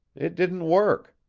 it didn't work.